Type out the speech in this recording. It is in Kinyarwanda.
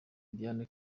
diana